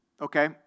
Okay